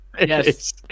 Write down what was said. Yes